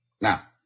Now